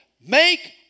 Make